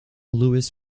louis